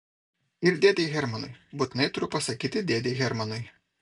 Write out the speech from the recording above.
ir dėdei hermanui būtinai turiu pasakyti dėdei hermanui